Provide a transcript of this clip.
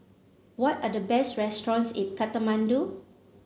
what are the best restaurants in Kathmandu